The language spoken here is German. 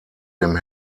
dem